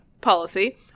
policy